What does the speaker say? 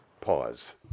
pause